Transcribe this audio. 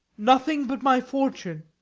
nothing but my fortune.